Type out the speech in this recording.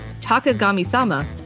Takagami-sama